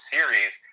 Series